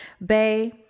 bae